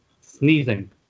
sneezing